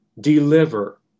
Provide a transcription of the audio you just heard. deliver